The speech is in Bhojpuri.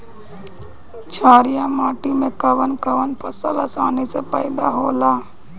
छारिया माटी मे कवन कवन फसल आसानी से पैदा होला?